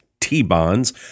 T-bonds